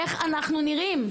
איך אנחנו נראים?